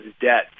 debt